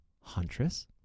Huntress